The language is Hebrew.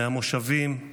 מהמושבים,